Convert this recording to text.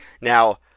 now